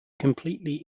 completely